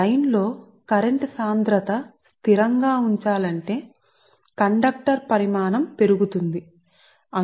లైన్లోని current density స్థిరం గా ఉంచాలంటే తక్కువ పవర్ ఫాక్టర్ తో ట్రాన్స్మిషన్ లైన్ల ఫీడర్ లేదా కేబుల్ అదే పవర్ ని ప్రసారం చేయడానికి ఎక్కువ విద్యుత్తు ను కలిగి ఉండాలి